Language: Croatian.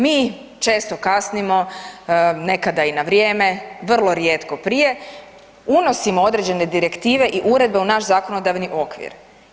Mi često kasnimo, nekada i na vrijeme, vrlo rijetko prije, unosimo određene direktive i uredbe u naš zakonodavni okvir.